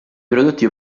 prodotti